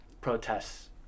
protests